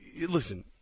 Listen